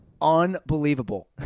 unbelievable